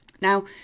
Now